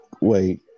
wait